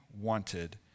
wanted